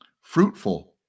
Fruitful